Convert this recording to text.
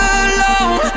alone